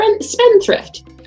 spendthrift